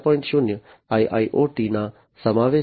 0 IIoT ના સમાવેશ સાથે